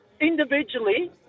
individually